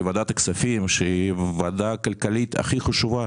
כחבר בוועדת הכספים שהיא הוועדה הכלכלית הכי חשובה